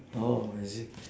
orh is it